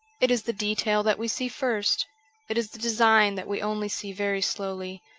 it is the detail that we see first it is the design that we only see very slowly,